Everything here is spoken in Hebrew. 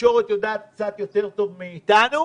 התקשורת יודעת קצת יותר טוב מאיתנו.